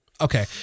Okay